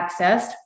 accessed